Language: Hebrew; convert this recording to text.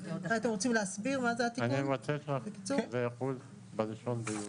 אותנו ברברס, לא מקובל עלינו.